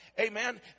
Amen